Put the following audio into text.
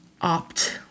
opt